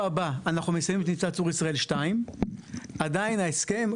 הבא אנחנו מסיימים את ניצת "צור ישראל" 2. עדיין ההסכם,